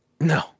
No